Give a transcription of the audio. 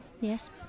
Yes